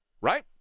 right